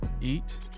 eat